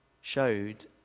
showed